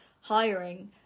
hiring